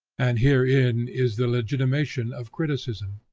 and herein is the legitimation of criticism,